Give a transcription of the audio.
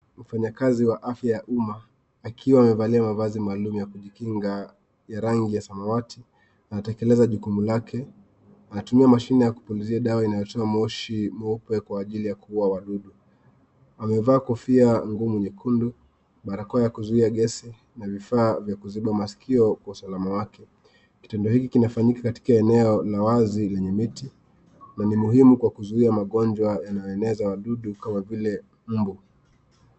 Mfanyakazi wa afya ya umma, akiwa amevalia mavazi maalum ya kujikinga, ya rangi ya samawati. Anatekeleza jukumu lake, anatumia mashine ya kupulizia dawa inayotoa moshi mweupe kwa ajili ya kuuwa wadudu. Amevaa kofia ngumu nyekundu, barakoa ya kuzuiya gesi na vifaa vya kuziba masikio kwa usalama wake. Kitendo hiki kinafanyika katika eneo la wazi lenye miti, na ni muhimu kuzuiya magonjwa yanayoenezwa na dudu kama vile mbu.